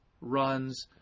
runs